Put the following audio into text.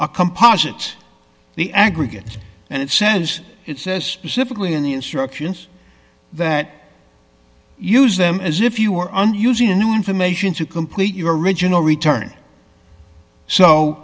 a composites the aggregate and it says it says specifically in the instructions that use them as if you were on using a new information to complete your original return so